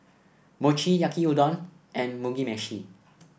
Mochi Yaki Udon and Mugi Meshi